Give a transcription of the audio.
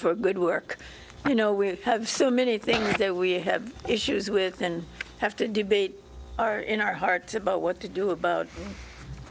the good work you know we have so many things that we have issues with and have to debate our in our hearts about what to do about